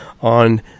on